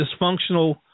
dysfunctional